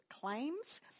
claims